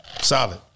Solid